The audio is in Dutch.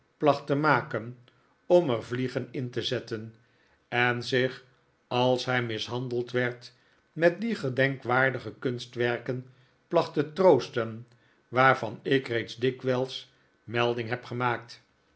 placht te maken om er vliegen in te zetten en zich als hij mishandeld werd met die gedenkwaardige kunstwerken placht te troosten waarvan ik reeds dikwijls melding heb gemaakt